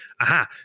aha